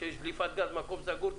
כשיש דליפת גז במקום סגור,